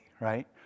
right